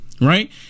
Right